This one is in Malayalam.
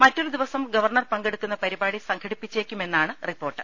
മറ്റൊരു ദിവസം ഗവർണ്ണർ പങ്കെടുക്കുന്ന പരിപാടി സംഘടിപ്പിച്ചേക്കുമെന്നാണ് റിപ്പോർട്ട്